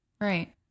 right